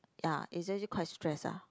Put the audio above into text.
ya is actually quite stress ah